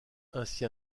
ainsi